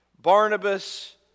Barnabas